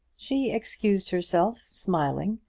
she excused herself, smiling,